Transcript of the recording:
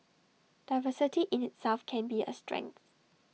diversity in itself can be A strength